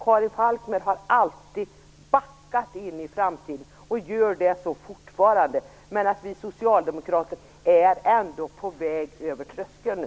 Karin Falkmer har alltid backat in i framtiden och gör så fortfarande, medan vi socialdemokrater ändå är på väg över tröskeln nu.